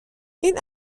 این